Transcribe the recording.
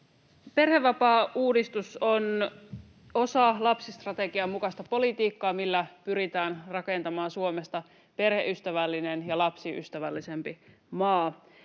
Perhevapaauudistus on osa lapsistrategian mukaista politiikkaa, millä pyritään rakentamaan Suomesta perheystävällinen ja lapsiystävällisempi maa.